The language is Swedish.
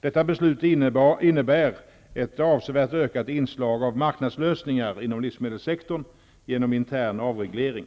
Detta beslut innebär ett avsevärt ökat inslag av marknadslösningar inom livsmedelssektorn genom intern avreglering.